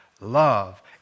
Love